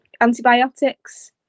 Antibiotics